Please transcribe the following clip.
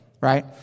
Right